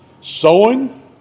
sowing